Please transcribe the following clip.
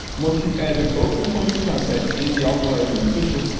once you've added both the point of contact and the authorizing official,